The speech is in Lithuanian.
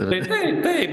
taip taip taip